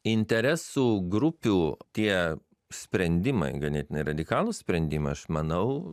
interesų grupių tie sprendimai ganėtinai radikalūs sprendimai aš manau